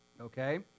Okay